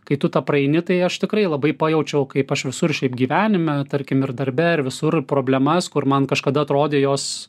kai tu tą praeini tai aš tikrai labai pajaučiau kaip aš visur šiaip gyvenime tarkim ir darbe ir visur problemas kur man kažkada atrodė jos